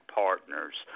partners